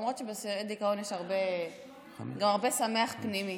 למרות שבשירי דיכאון יש גם הרבה שמחה פנימית.